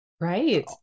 right